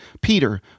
Peter